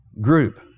group